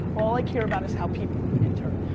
all i care about is how people, intern,